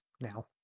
now